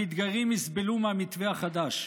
המתגיירים יסבלו מהמתווה החדש: